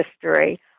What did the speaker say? history